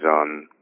on